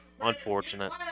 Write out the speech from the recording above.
Unfortunate